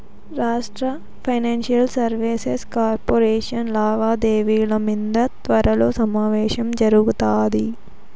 రాష్ట్ర financial services corporation లావాదేవిల మింద త్వరలో సమావేశం జరగతాది